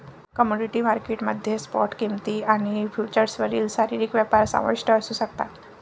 commodity market मध्ये spot किंमती आणि फ्युचर्सवरील शारीरिक व्यापार समाविष्ट असू शकतात